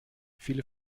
viele